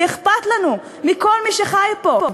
כי אכפת לנו מכל מי שחי פה,